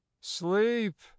Sleep